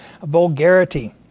vulgarity